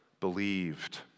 believed